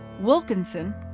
Wilkinson